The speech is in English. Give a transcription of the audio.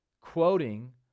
quoting